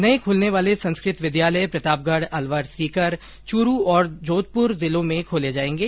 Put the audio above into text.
नए खुलने वाले संस्कृत विद्यालय प्रतापगढ अलवर सीकर चूरू और जोधपुर जिलों में खोले जायेंगे